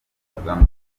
kagame